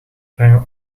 brengen